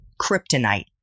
kryptonite